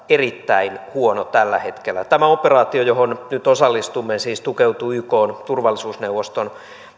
erittäin huono tällä hetkellä tämä operaatio johon nyt osallistumme siis tukeutuu ykn turvallisuusneuvoston